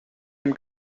him